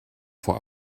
for